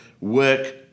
work